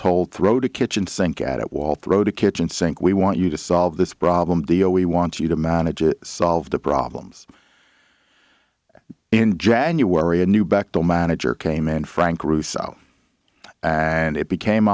told throw to kitchen sink at wall throw the kitchen sink we want you to solve this problem deal we want you to manage it solve the problems in january a new back door manager came in frank russo and it became